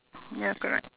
ya correct